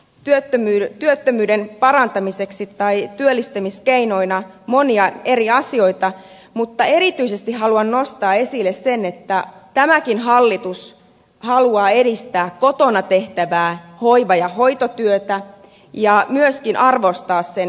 työttömyyden työttömyyden parantamiseksi tai työllistämiskeinoina monia eri asioita mutta erityisesti haluan nostaa esille sen että tämäkin hallitus haluaa edistää kotona tehtävää hoiva ja hoitotyötä ja myöskin arvostaa sen rahassa